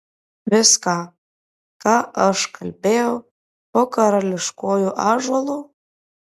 viską ką aš kalbėjau po karališkuoju ąžuolu